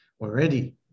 already